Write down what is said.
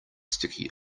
sticky